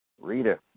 Rita